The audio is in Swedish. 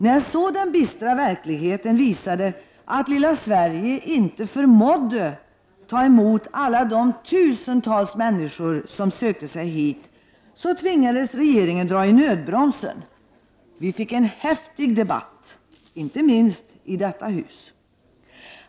När så den bistra verkligheten visade att det lilla Sverige inte förmådde ta emot alla de tusentals människor som sökte sig hit, tvingades regeringen dra i nödbromsen. Vi fick en häftig debatt, inte minst i detta hus.